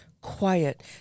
quiet